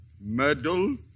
Medal